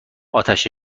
آتش